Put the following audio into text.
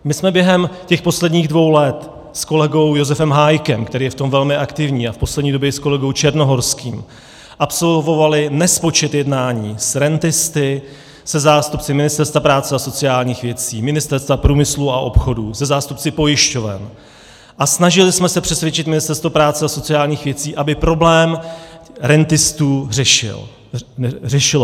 My jsme během těch posledních let s kolegou Josefem Hájkem, který je v tom velmi aktivní, a v poslední době i s kolegou Černohorským absolvovali nespočet jednání s rentisty, se zástupci Ministerstva práce a sociálních věcí, Ministerstva průmyslu a obchodu, se zástupci pojišťoven a snažili jsme se přesvědčit Ministerstvo práce a sociálních věcí, aby problém rentistů řešilo.